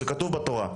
זה כתוב בתורה.